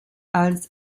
als